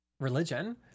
religion